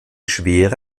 schwere